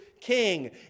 king